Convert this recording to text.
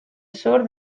sur